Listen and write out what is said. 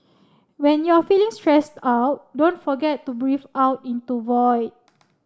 when you are feeling stressed out don't forget to breathe out into void